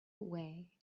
way